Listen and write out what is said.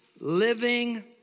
living